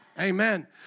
amen